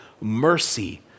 mercy